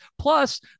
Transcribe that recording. Plus